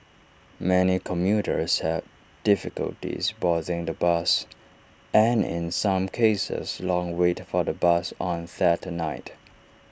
many commuters had difficulty boarding the bus and in some cases long wait for the bus on that night